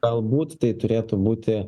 galbūt tai turėtų būti